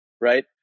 Right